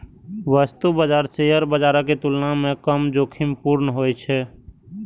वस्तु बाजार शेयर बाजारक तुलना मे कम जोखिमपूर्ण होइ छै